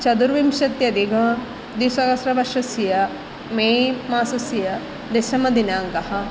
चतुर्विंशत्यधिकं द्विसहस्रवर्षस्य मे मासस्य दशमदिनाङ्कः